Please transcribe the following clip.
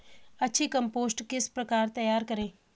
अच्छी कम्पोस्ट किस प्रकार तैयार करें?